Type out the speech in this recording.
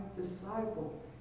disciple